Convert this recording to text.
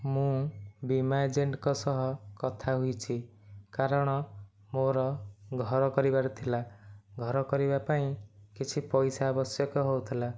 ମୁଁ ବୀମା ଏଜେଣ୍ଟଙ୍କ ସହ କଥା ହୋଇଛି କାରଣ ମୋର ଘର କରିବାର ଥିଲା ଘର କରିବା ପାଇଁ କିଛି ପଇସା ଆବଶ୍ୟକ ହେଉଥିଲା